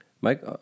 Mike